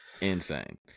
insane